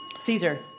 Caesar